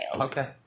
Okay